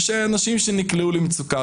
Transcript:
לאנשים שנקלעו למצוקה.